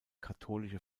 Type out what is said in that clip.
katholische